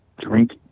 drink